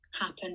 happen